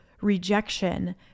rejection